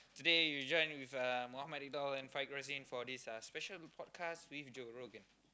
today you join with uh and for this uh special report cast with Joe-Rogan